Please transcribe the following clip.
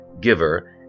giver